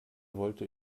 wollte